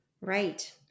Right